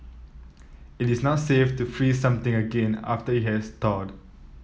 it is not safe to freeze something again after it has thawed